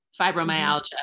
fibromyalgia